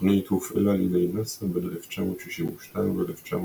התוכנית הופעלה על ידי נאס"א בין 1962 ל־1966.